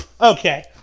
okay